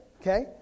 Okay